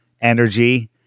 energy